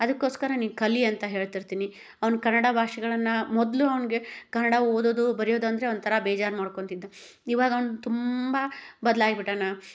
ಅದಕ್ಕೋಸ್ಕರ ನೀನು ಕಲಿ ಅಂತ ಹೇಳ್ತಿರ್ತೀನಿ ಅವನು ಕನ್ನಡ ಭಾಷೆಗಳನ್ನ ಮೊದಲು ಅವನಿಗೆ ಕನ್ನಡ ಓದೋದು ಬರಿಯೊದು ಅಂದರೆ ಒಂಥರ ಬೇಜಾರು ಮಾಡ್ಕೊಳ್ತಿದ್ದ ಇವಾಗ ಅವ್ನು ತುಂಬ ಬದ್ಲ್ಯಾಗಿ ಬಿಟ್ಟಾನ